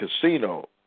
casino